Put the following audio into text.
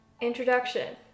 introduction